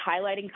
highlighting